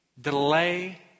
delay